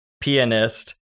pianist